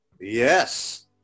Yes